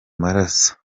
maraso